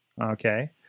Okay